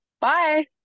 Bye